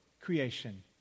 creation